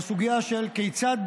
הסוגיה של כיצד